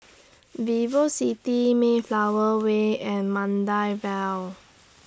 Vivocity Mayflower Way and Maida Vale